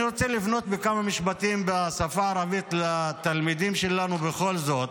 אני רוצה לפנות בכמה משפטים בשפה הערבית לתלמידים שלנו בכל זאת.